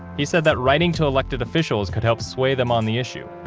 he said that writing to elected officials could help sway them on the issue.